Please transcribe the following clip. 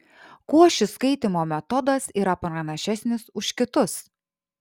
kuo šis skaitymo metodas yra pranašesnis už kitus